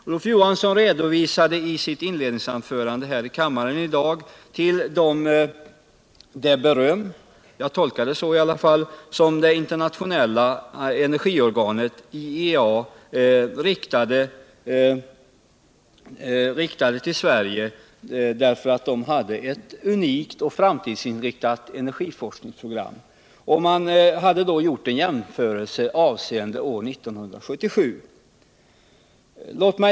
Olof Johansson Energiforskning, hänvisade i sitt inledningsanförande i dag till det beröm — jag tolkar det så i alla fall — som det internationella energiorganet IAEA riktade till Sverige, därför att vi hade ett unikt och framtidsinriktat energiforskningsprogram. Man hade då gjort en jämförelse avseende år 1977.